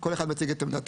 כל אחד מציג את עמדתו.